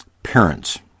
parents